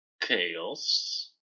chaos